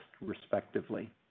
respectively